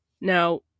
Now